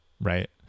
Right